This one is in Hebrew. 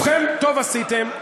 אז אל תגיד שלא, ובכן, טוב עשיתם.